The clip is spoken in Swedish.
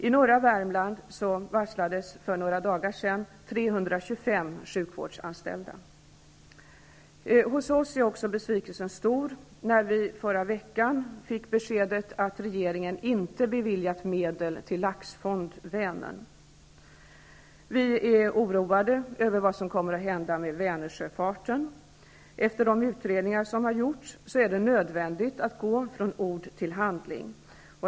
I norra Värmland varslades för några dagar sedan 325 sjukvårdsanställda. Hos oss är besvikelsen naturligtvis stor när vi förra veckan fick beskedet att regeringen inte beviljat medel till Laxfond Vi är oroade över vad som kommer att hända med Vänersjöfarten. Efter de utredningar som gjorts är det nödvändigt att gå från ord till handling.